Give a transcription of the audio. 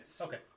okay